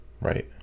right